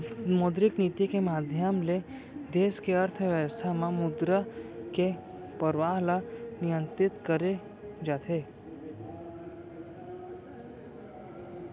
मौद्रिक नीति के माधियम ले देस के अर्थबेवस्था म मुद्रा के परवाह ल नियंतरित करे जाथे